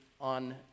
on